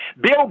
Bill